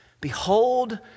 Behold